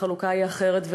והחלוקה היא אחרת,